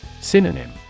Synonym